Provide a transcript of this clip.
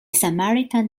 samaritan